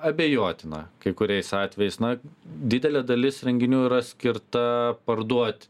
abejotina kai kuriais atvejais na didelė dalis renginių yra skirta parduot